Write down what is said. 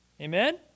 Amen